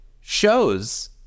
shows